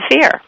fear